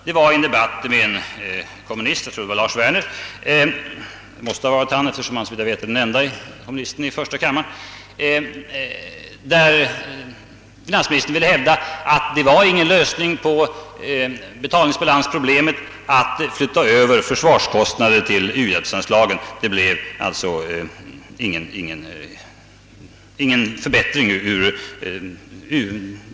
Det var en debatt med en kommunist — det måste ha varit Lars Werner, och finansministern hävdade att det inte var någon lösning på betalningsbalansproblemet att flytta över försvarskostnader till u-hjälpsanslagen.